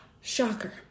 Shocker